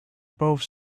both